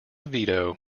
veto